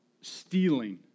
stealing